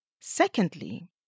Secondly